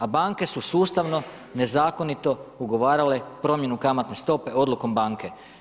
A banke su sustavno nezakonito ugovarale promjenu kamatne stope odlukom banke.